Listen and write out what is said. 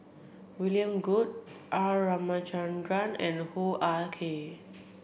William Goode R Ramachandran and Hoo Ah Kay